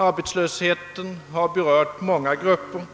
Arbetslösheten har berört många grupper,